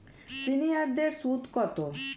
সিনিয়ারদের সুদ কত?